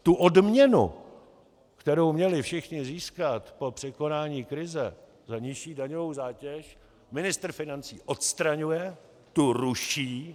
Tu odměnu, kterou měli všichni získat po překonání krize za nižší daňovou zátěž, ministr financí odstraňuje, tu ruší.